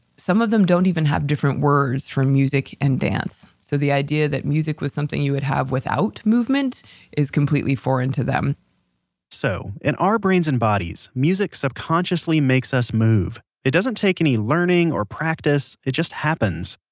some of them don't even have different words for music and dance. so the idea that music was something you would have without movement movement is completely foreign to them so, in our brains and bodies, music subconsciously makes us move. it doesn't take any learning, or practice, it just happens.